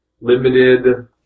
limited